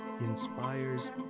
inspires